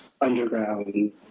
underground